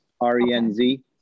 R-E-N-Z